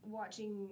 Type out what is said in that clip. watching